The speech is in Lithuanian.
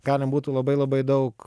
galim būtų labai labai daug